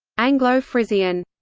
anglo-frisian